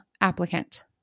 applicant